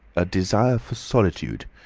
a desire for solitude.